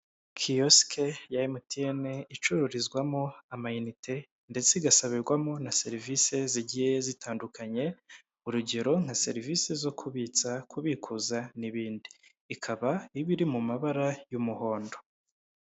Kiyosike ya MTN icururizwamo amayinite, ndetse igasabirwamo na serivise zigiye zitandukanye urugero nka: serivise zo kubitsa, kubikuza n'ibindi, ikaba iba iri mu mabara y'umuhondo.